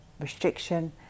restriction